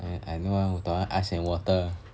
I I know ah 我懂 ah ice and water